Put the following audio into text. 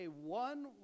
one